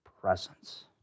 presence